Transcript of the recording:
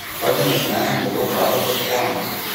aš žemesniajam daviau pravardę chuanas